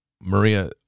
Maria